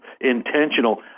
intentional